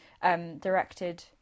Directed